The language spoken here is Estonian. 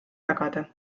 jagada